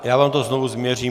Já vám to znovu změřím.